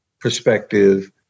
perspective